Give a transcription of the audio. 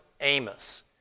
Amos